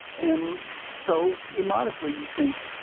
and so immodestly you think.